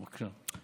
בבקשה.